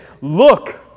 look